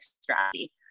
strategy